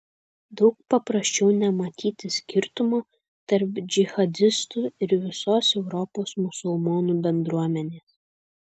daug paprasčiau nematyti skirtumo tarp džihadistų ir visos europos musulmonų bendruomenės